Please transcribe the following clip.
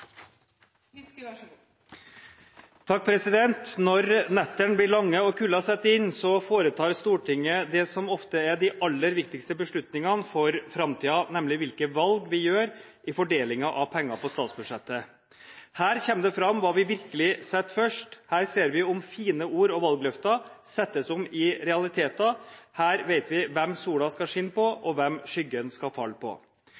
som ofte er de aller viktigste beslutningene for framtiden, nemlig hvilke valg vi gjør i fordelingen av penger på statsbudsjettet. Her kommer det fram hva vi virkelig setter først, her ser vi om fine ord og valgløfter omsettes i realiteter, her vet vi hvem sola skal skinne på, og hvem skyggen skal falle på.